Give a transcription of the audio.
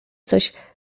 coś